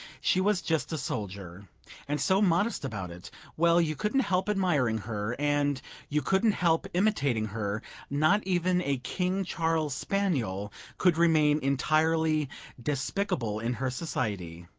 she was just a soldier and so modest about it well, you couldn't help admiring her, and you couldn't help imitating her not even a king charles spaniel could remain entirely despicable in her society.